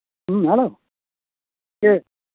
ᱦᱮᱸ ᱦᱮᱞᱳ ᱪᱮᱫ